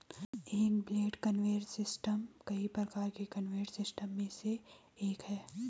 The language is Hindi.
एक बेल्ट कन्वेयर सिस्टम कई प्रकार के कन्वेयर सिस्टम में से एक है